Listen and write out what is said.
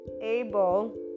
able